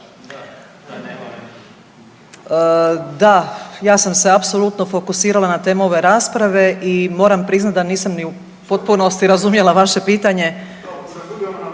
Da, ja sam se apsolutno fokusirala na temu ove rasprave i moram priznati da nisam ni u potpunosti razumjela vaše pitanje